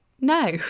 No